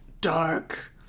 dark